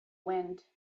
wind